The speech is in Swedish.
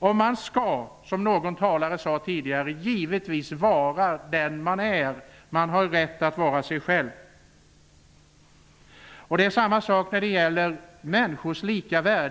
Man skall givetvis, som någon talare tidigare sade, vara den man är -- man har rätt att vara sig själv. Det är samma sak när det gäller människors lika värde.